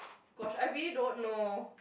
gosh I really don't know